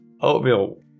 Oatmeal